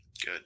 Good